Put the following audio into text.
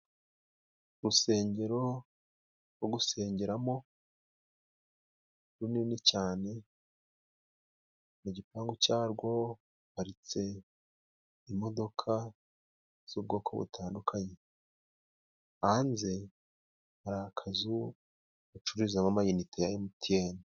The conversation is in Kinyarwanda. Urusengero rwo gusengeramo runini cyane mu gipangu cyarwo haparitse imodoka z'ubwoko butandukanye ,hanze hari akazu bacururizamo amayinite ya Emutiyene.